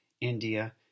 India